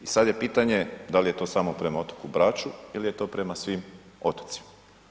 I sad je pitanje da li je to samo prema otoku Braču ili je to prema svim otocima.